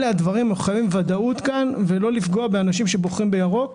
אנחנו חייבים ודאות כאן ולא לפגוע באנשים שבוחרים בירוק,